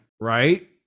Right